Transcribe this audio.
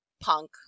punk